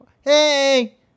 hey